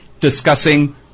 discussing